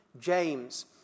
James